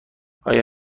آیا